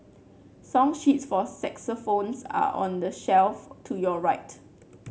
song sheets for saxophones are on the shelf to your right